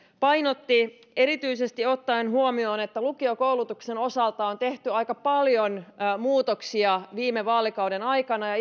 painotti erityisesti ottaen huomioon että lukiokoulutuksen osalta on tehty aika paljon muutoksia viime vaalikauden aikana ja